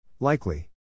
Likely